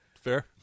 fair